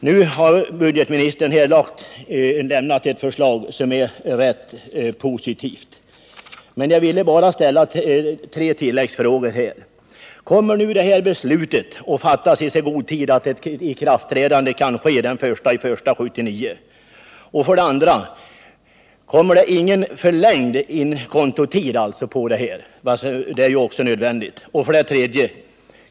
Nu har budgetministern lämnat ett förslag som är rätt positivt. Men jag vill ställa tre tilläggsfrågor: 1. Kommer detta beslut att fattas i så god tid att ikraftträdandet kan ske den 1 januari 1979? 2. Blir det ingen förlängd kontotid? Det är ju nödvändigt. 3.